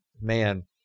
man